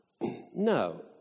No